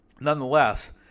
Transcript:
Nonetheless